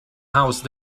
house